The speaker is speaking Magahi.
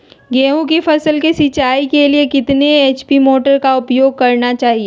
गेंहू की फसल के सिंचाई के लिए कितने एच.पी मोटर का उपयोग करना चाहिए?